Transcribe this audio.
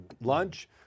lunch